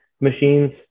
machines